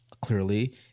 clearly